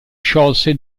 sciolse